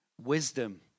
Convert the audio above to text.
Wisdom